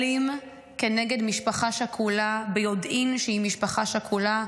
אלים, כנגד משפחה שכולה, ביודעה שהיא משפחה שכולה,